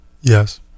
Yes